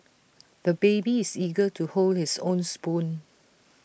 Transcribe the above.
the baby is eager to hold his own spoon